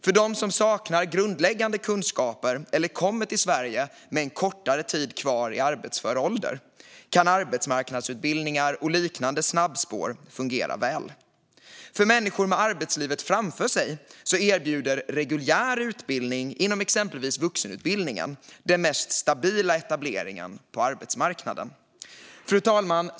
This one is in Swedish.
För dem som saknar grundläggande kunskaper eller kommer till Sverige med en kortare tid kvar i arbetsför ålder kan arbetsmarknadsutbildningar och liknande snabbspår fungera väl. För människor med arbetslivet framför sig erbjuder reguljär utbildning inom exempelvis vuxenutbildningen den mest stabila etableringen på arbetsmarknaden. Fru talman!